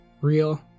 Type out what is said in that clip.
real